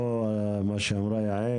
אני מקווה שבזכות הדיון הזה,